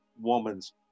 woman's